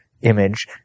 image